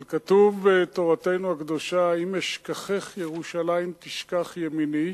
אבל כתוב בתורתנו הקדושה: "אם אשכחך ירושלים תשכח ימיני".